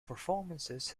performances